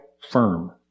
firm